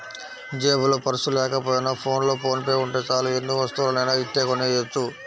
జేబులో పర్సు లేకపోయినా ఫోన్లో ఫోన్ పే ఉంటే చాలు ఎన్ని వస్తువులనైనా ఇట్టే కొనెయ్యొచ్చు